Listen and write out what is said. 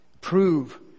prove